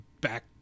back